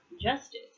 justice